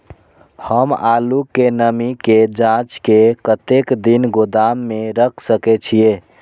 हम आलू के नमी के जाँच के कतेक दिन गोदाम में रख सके छीए?